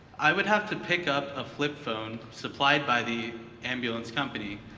i would have to pick up a flip phone supplied by the ambulance company,